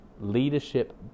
leadership